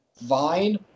Vine